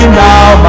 now